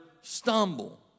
stumble